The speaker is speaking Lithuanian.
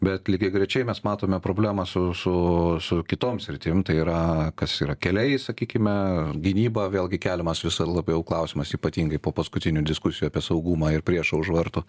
bet lygiagrečiai mes matome problemą su su su kitom sritim tai yra kas yra keliai sakykime gynyba vėlgi keliamas vis labiau klausimas ypatingai po paskutinių diskusijų apie saugumą ir priešą už vartų